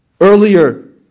earlier